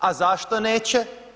A zašto neće?